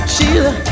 Sheila